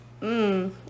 Mmm